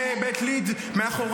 --- מלחמה.